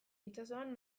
itsasoan